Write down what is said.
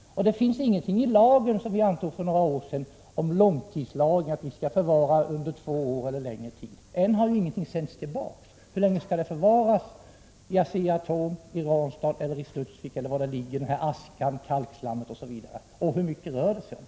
I den lag som vi antog för några år sedan finns det ingenting angivet om långtidslagring — dvs. att förvaring skall ske här under två år eller under en längre tid. Ännu har ju ingenting sänts tillbaka. Hur länge skall avfallet förvaras hos Asea-Atom, i Ranstad, i Studsvik eller var det nu kan vara, där det ligger i aska, kalkslam etc.? Och hur mycket rör det sig om?